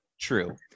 True